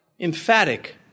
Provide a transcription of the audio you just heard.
Emphatic